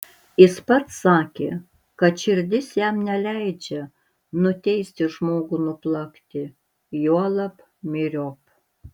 jis pats sakė kad širdis jam neleidžia nuteisti žmogų nuplakti juolab myriop